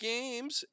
Games